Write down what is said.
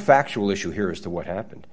factual issue here is to what happened